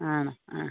ആണോ ആ